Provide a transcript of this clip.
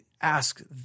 ask